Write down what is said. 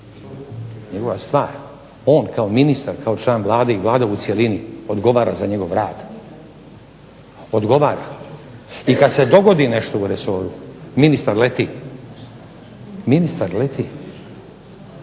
Njegova stvar. On kao ministar, kao član Vlade i Vlada u cjelini odgovara za njegov rad, odgovara. I kada se dogodi nešto u resoru ministar leti. Kada se